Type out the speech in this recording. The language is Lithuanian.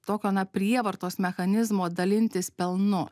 tokio na prievartos mechanizmo dalintis pelnu